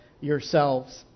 yourselves